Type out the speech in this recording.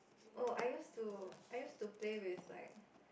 oh I used to I used to play with like